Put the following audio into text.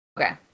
Okay